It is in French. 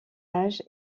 âge